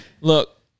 look